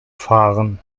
fahren